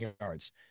yards